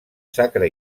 sacre